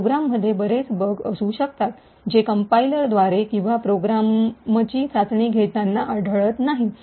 प्रोग्राममध्ये बरेच बग्स असू शकतात जे कंपाईलरद्वारे किंवा प्रोग्रामची चाचणी घेताना आढळत नाहीत